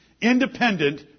Independent